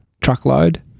truckload